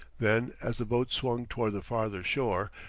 then, as the boat swung toward the farther shore,